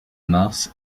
mars